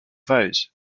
vows